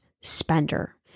spender